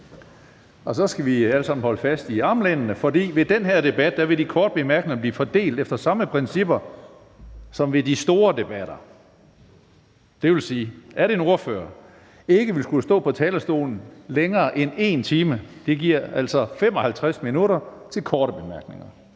Så skal vi alle sammen holde fast i armlænene, for i den her debat vil de korte bemærkninger blive fordelt efter samme principper som ved de store debatter. Det vil sige, at en ordfører ikke vil skulle stå på talerstolen længere end 1 time, og det giver altså 55 minutter til korte bemærkninger;